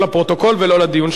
זה לא לפרוטוקול ולא לדיון.